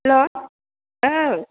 hello औ